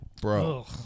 Bro